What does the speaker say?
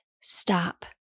stop